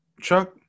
Chuck